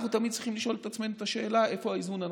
אנחנו תמיד צריכים לשאול את עצמנו את השאלה איפה האיזון הנכון.